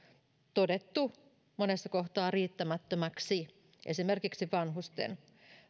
todettu monessa kohtaa riittämättömäksi esimerkiksi vanhusten